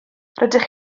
rydych